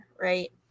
right